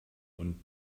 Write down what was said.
und